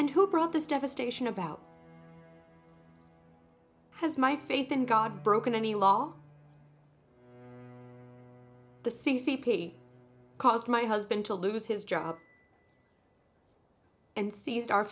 and who brought this devastation about has my faith in god broken any law the c c p caused my husband to lose his job and seized our